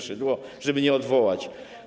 Szydło, żeby nie odwołać.